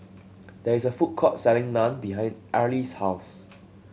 there is a food court selling Naan behind Arlie's house